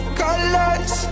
colors